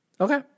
Okay